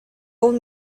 old